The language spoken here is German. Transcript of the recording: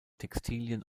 textilien